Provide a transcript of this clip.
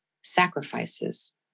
sacrifices